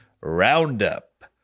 roundup